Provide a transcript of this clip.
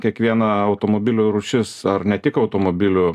kiekviena automobilių rūšis ar ne tik automobilių